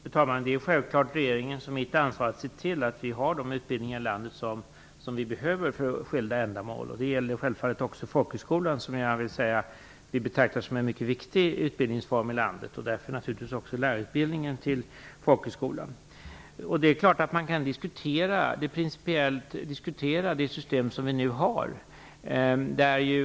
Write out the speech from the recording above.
Fru talman! Det är självklart regeringens och mitt ansvar att se till att vi har de utbildningar i landet som behövs för skilda ändamål. Det gäller självfallet också folkhögskolan, som vi betraktar som en mycket viktig utbildningsform i vårt land. Det gäller naturligtvis också lärarutbildningen och folkhögskolan. Det är klart att man principiellt kan diskutera det system som vi nu har.